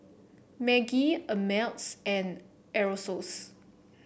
Maggi Ameltz and Aerosoles